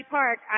park